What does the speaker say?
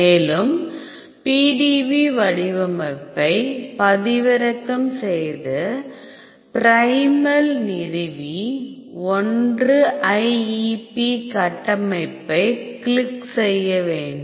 மேலும் PDB வடிவமைப்பைப் பதிவிறக்கம் செய்து ப்ரிமல்லை நிறுவி 1IEP கட்டமைப்பைக் கிளிக் செய்ய வேண்டும்